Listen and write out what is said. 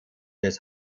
des